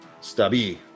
Stubby